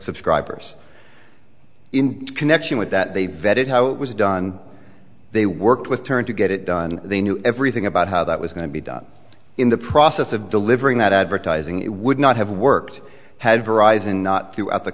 subscribers in connection with that they vetted how it was done they worked with turn to get it done and they knew everything about how that was going to be done in the process of delivering that advertising it would not have worked had horizon not throughout the